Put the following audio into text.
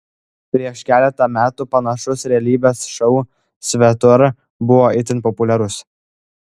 prieš keletą metų panašus realybės šou svetur buvo itin populiarus